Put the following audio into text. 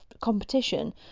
competition